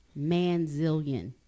manzillion